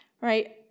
right